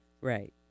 Right